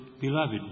beloved